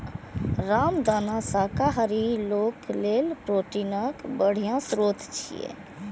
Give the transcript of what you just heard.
रामदाना शाकाहारी लोक लेल प्रोटीनक बढ़िया स्रोत छियै